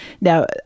Now